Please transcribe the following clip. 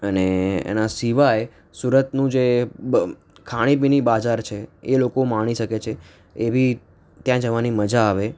અને એના સિવાય સૂરતનું જે બ ખાણી પીણી બાજાર છે એ લોકો માણી શકે છે એબી ત્યાં જવાની મજા આવે